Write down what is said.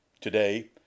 Today